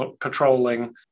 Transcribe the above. patrolling